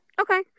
okay